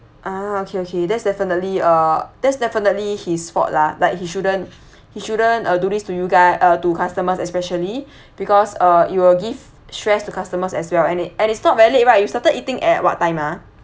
ah okay okay that's definitely uh that's definitely his fault lah like he shouldn't he shouldn't uh do this to you guy~ uh to customers especially because uh it will give stress to customers as well and it and it's not very late right you started eating at what time ah